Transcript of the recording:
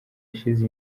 ishize